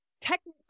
technically